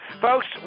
Folks